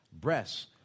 breasts